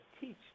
teach